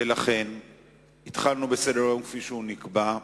ולכן התחלנו בסדר-היום כפי שהוא נקבע.